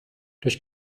durch